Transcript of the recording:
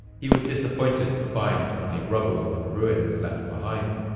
he was disappointed to find only rubble and ruins left behind.